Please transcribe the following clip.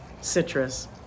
citrus